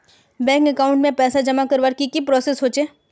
Bank account में पैसा जमा करवार की की प्रोसेस होचे?